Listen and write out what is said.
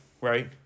Right